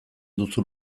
duzu